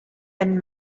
and